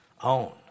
own